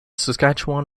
saskatchewan